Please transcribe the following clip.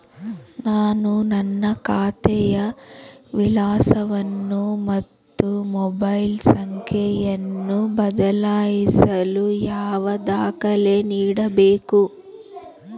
ನಾನು ನನ್ನ ಖಾತೆಯ ವಿಳಾಸವನ್ನು ಮತ್ತು ಮೊಬೈಲ್ ಸಂಖ್ಯೆಯನ್ನು ಬದಲಾಯಿಸಲು ಯಾವ ದಾಖಲೆ ನೀಡಬೇಕು?